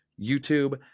YouTube